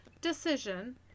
decision